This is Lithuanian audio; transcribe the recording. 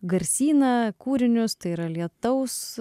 garsyną kūrinius tai yra lietaus